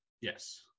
yes